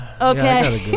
Okay